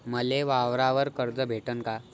मले वावरावर कर्ज भेटन का?